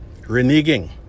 reneging